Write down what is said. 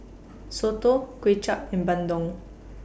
Soto Kway Chap and Bandung